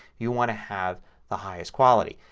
you want to have the highest quality.